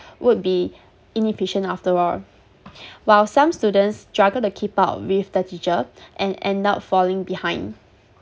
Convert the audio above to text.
would be inefficient after all while some students struggle to keep up with the teacher and end up falling behind